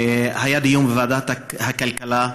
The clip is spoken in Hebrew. היה דיון בוועדת הכלכלה.